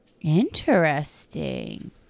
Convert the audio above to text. interesting